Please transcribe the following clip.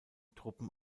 truppen